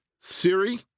Siri